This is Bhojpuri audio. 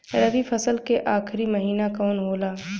रवि फसल क आखरी महीना कवन होला?